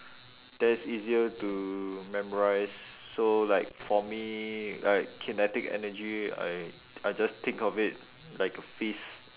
that is easier to memorise so like for me like kinetic energy I I just think of it like a fist